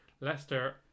Leicester